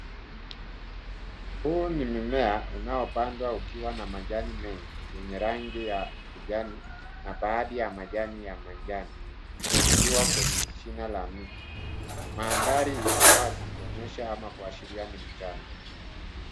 Huu ni mimea unaopandwa ukiwa na majani mengi yenye rangi ya kijani na baadhi ya majani ya manjano ukiwa kwenye shina la miti. Mandhari iko wazi kuonyesha ama kuashiria ni mchana.